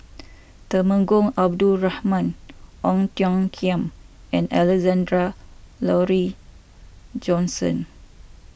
Temenggong Abdul Rahman Ong Tiong Khiam and Alexander Laurie Johnston